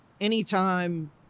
anytime